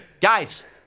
Guys